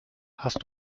hast